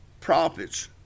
prophets